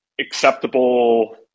acceptable